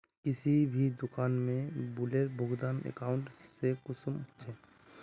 किसी भी दुकान में बिलेर भुगतान अकाउंट से कुंसम होचे?